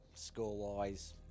score-wise